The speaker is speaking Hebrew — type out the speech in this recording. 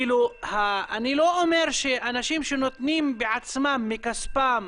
כאילו אני לא אומר אנשים שנותנים בעצמם מכספם